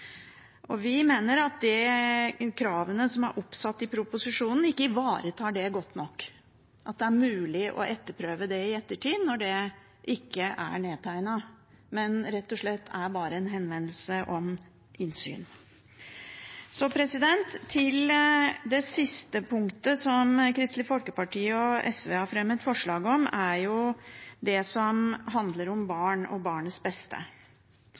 Vi mener at de kravene som er oppsatt i proposisjonen, ikke ivaretar godt nok at det er mulig å etterprøve det i ettertid, når det ikke er nedtegnet, men rett og slett bare er en henvendelse om innsyn. Så til det siste punktet som Kristelig Folkeparti og SV har fremmet forslag om, som handler om barn og barnets beste.